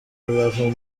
rubavu